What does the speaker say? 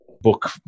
book